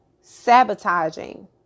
sabotaging